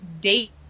date